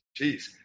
Jeez